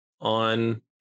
on